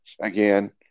again